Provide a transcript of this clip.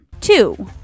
Two